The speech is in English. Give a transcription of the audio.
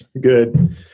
Good